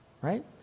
Right